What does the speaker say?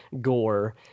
gore